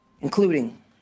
including